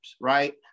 right